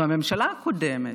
והממשלה הקודמת,